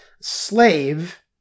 slave